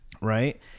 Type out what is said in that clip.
right